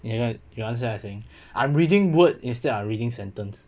you know you understand what I'm saying I'm reading word instead of reading sentence